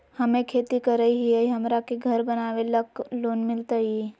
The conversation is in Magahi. हमे खेती करई हियई, हमरा के घर बनावे ल लोन मिलतई?